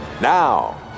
now